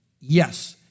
Yes